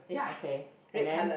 okay and then